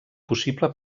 possible